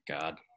god